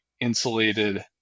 insulated